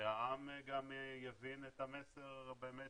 והעם גם יבין את המסר באמת,